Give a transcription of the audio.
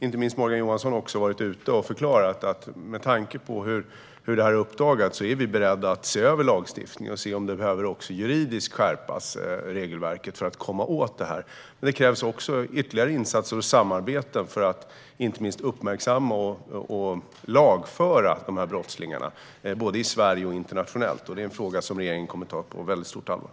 Inte minst Morgan Johansson har förklarat att med tanke på hur det här har uppdagats är vi beredda att se över lagstiftningen och se om regelverket behöver skärpas också juridiskt för att komma åt det här. Men det krävs ytterligare insatser och samarbeten för att uppmärksamma och inte minst lagföra de här brottslingarna, både i Sverige och internationellt. Det är en fråga som regeringen kommer att ta på stort allvar.